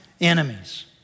enemies